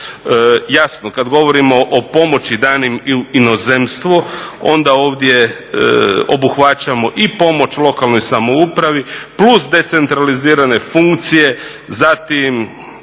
Jasno kad govorimo o pomoći danim inozemstvu onda ovdje obuhvaćamo i pomoć lokalnoj samoupravi plus decentralizirane funkcije, zatim